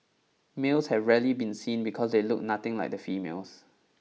males have rarely been seen because they look nothing like the females